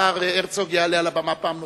השר הרצוג יעלה על הבמה פעם נוספת,